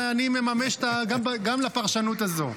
אני מממש גם לפרשנות הזאת.